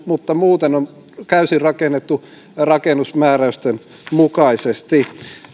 mutta muuten on täysin rakennettu rakennusmääräysten mukaisesti